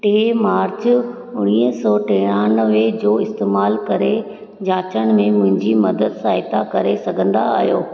टे मार्च उणिवीह सौ टियानवे जो इस्तेमालु करे जाचण में मुहिंजी मदद सहायता करे सघंदा आहियो